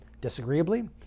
disagreeably